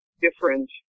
different